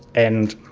and